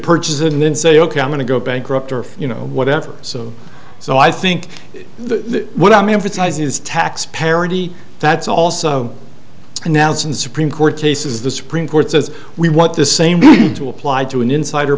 purchase and then say ok i'm going to go bankrupt or you know whatever so so i think the what i mean for size is tax parity that's also announced in supreme court cases the supreme court says we want the same to apply to an insider